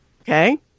Okay